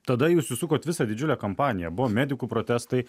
tada jūs įsukot visą didžiulę kampaniją buvo medikų protestai